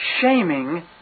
shaming